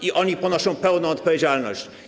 I oni ponoszą pełną odpowiedzialność.